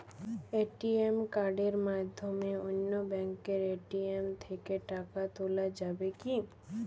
ATM কার্ডের মাধ্যমে অন্য ব্যাঙ্কের এ.টি.এম থেকে টাকা তোলা যাবে কি?